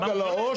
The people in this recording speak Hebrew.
רק על העו"ש.